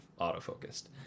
autofocused